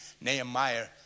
Nehemiah